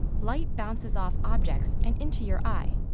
light bounces off objects and into your eye,